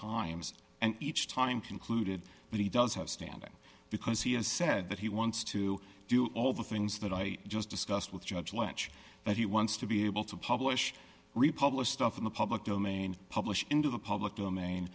times and each time concluded that he does have standing because he has said that he wants to do all the things that i just discussed with judge lecture that he wants to be able to publish republic stuff in the public domain publish into the public domain